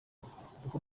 kuko